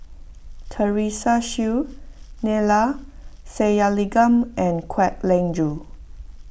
Teresa Hsu Neila Sathyalingam and Kwek Leng Joo